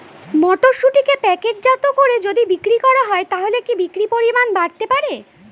মটরশুটিকে প্যাকেটজাত করে যদি বিক্রি করা হয় তাহলে কি বিক্রি পরিমাণ বাড়তে পারে?